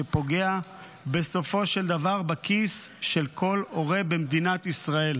שפוגע בסופו של דבר בכיס של כל הורה במדינת ישראל.